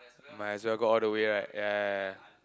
might as well go all the way right ya ya ya